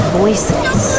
voices